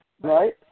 right